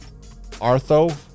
artho